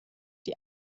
die